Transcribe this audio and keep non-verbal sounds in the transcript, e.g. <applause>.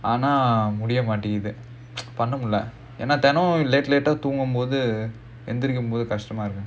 ஆனா முடிய மாட்டேங்குது:aanaa mudiya maattaenguthu <noise> எந்திரிக்கும் போது கஷ்டமா இருக்குது:enthirikkum pothu kashtamaa irukkuthu